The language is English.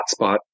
hotspot